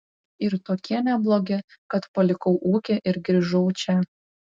ir tokie neblogi kad palikau ūkį ir grįžau čia